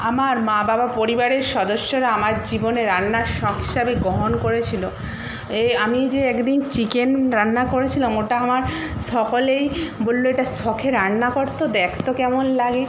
আমার মা বাবা পরিবারের সদস্যরা আমার জীবনে রান্নার শখ হিসাবে গ্রহণ করেছিল এই আমি যে এক দিন চিকেন রান্না করেছিলাম ওটা আমার সকলেই বলল ওটা শখে রান্না কর তো দেখ তো কেমন লাগে